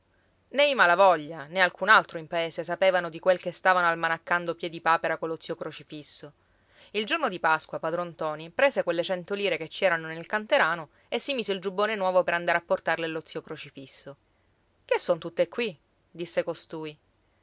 i malavoglia né alcun altro in paese sapevano di quel che stavano almanaccando piedipapera collo zio crocifisso il giorno di pasqua padron ntoni prese quelle cento lire che ci erano nel canterano e si mise il giubbone nuovo per andare a portarle allo zio crocifisso che son tutte qui disse costui